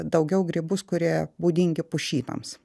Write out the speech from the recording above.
daugiau grybus kurie būdingi pušynams